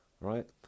Right